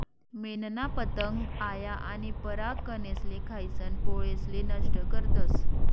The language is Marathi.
मेनना पतंग आया आनी परागकनेसले खायीसन पोळेसले नष्ट करतस